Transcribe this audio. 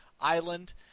island